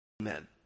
Amen